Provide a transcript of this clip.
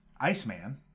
Iceman